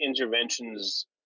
interventions